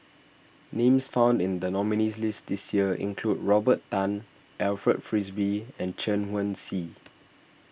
names found in the nominees' list this year include Robert Tan Alfred Frisby and Chen Wen Hsi